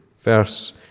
verse